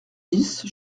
dix